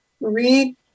Read